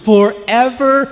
Forever